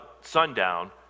sundown